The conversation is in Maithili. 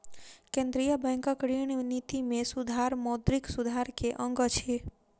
केंद्रीय बैंकक ऋण निति में सुधार मौद्रिक सुधार के अंग अछि